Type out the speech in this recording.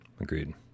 Agreed